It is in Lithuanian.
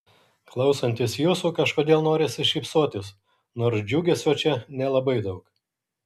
klausantis jūsų kažkodėl norisi šypsotis nors džiugesio čia nelabai daug